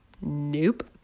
Nope